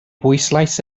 bwyslais